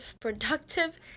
productive